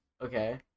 okay